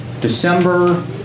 December